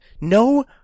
No